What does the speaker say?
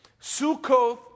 Sukkoth